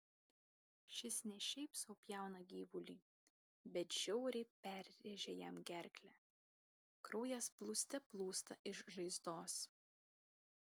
šis ne šiaip sau pjauna gyvulį bet žiauriai perrėžia jam gerklę kraujas plūste plūsta iš žaizdos